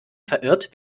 verirrt